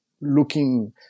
looking